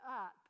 up